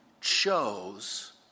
chose